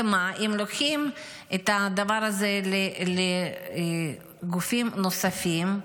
ומה, אם לוקחים את הדבר הזה לגופים נוספים,